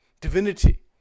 divinity